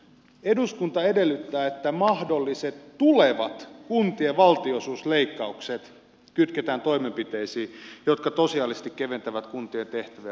eduskunta edellyttää että mahdolliset tulevat kuntien valtionosuusleikkaukset kytketään toimenpiteisiin jotka tosiasiallisesti keventävät kuntien tehtäviä ja muita velvoitteita